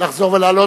לחזור ולעלות.